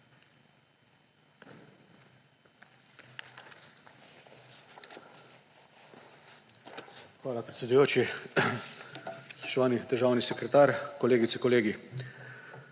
Hvala, predsedujoči. Spoštovani državni sekretar, kolegice, kolegi!